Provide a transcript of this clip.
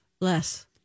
Less